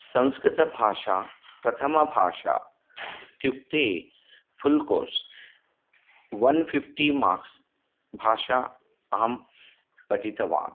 संस्कृतभाषा प्रथमभाषा इत्युक्ते full course one fifty marks भाषा अहं पठितवान्